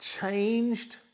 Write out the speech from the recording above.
changed